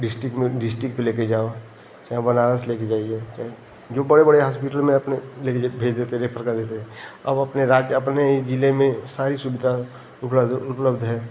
district में district पर ले कर जाओ चाहे बनारस ले के जाइए चाहे जो बड़े बड़े हास्पिटल में अपने ले कर जब भेज देते रहे देते अब अपने राज्य अपने ही ज़िले में सारी सुविधा उपलध उपलब्ध है